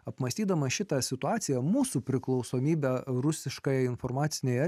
apmąstydama šitą situaciją mūsų priklausomybę rusiškoje informacinėje